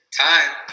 time